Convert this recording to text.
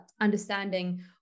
understanding